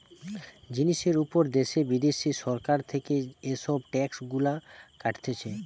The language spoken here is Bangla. জিনিসের উপর দ্যাশে বিদ্যাশে সরকার থেকে এসব ট্যাক্স গুলা কাটতিছে